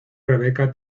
rebecca